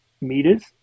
meters